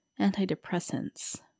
antidepressants